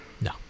No